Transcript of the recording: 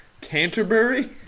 Canterbury